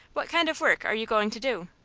what kind of work are you going to do?